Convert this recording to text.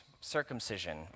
circumcision